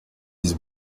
his